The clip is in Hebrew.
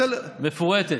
מפורטת.